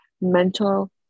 mental